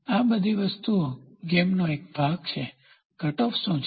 આ બધી વસ્તુઓ ગેમ નો ભાગ છે કટઓફ શું છે